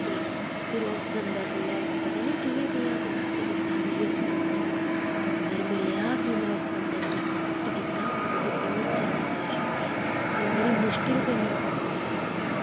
ते फिर उस बंदे कन्नै पता नी कियां कियां कोनैक्ट कीता मिगी उस बंदे दा नंबर मिलेआ फ्ही में उस बंदे कन्नै कोनैक्ट कीता होर मिगी बोह्त ज्यादा परेशानी आई में बड़ी मुश्किल कन्नै उस बंदे कन्नै जेह्ड़ा